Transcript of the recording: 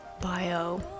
bio